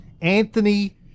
Anthony